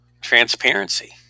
transparency